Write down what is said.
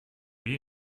you